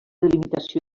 delimitació